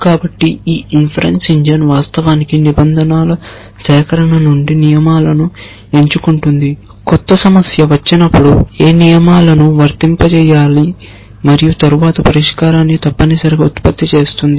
కాబట్టి ఈ inference engine వాస్తవానికి నిబంధనల సేకరణ నుండి నియమాలను ఎంచుకుంటుంది కొత్త సమస్య వచ్చినప్పుడు ఏ నియమాలను వర్తింపజేయాలి మరియు తరువాత పరిష్కారాన్ని తప్పనిసరిగా ఉత్పత్తి చేస్తుంది